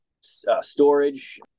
storage